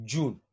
June